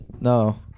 No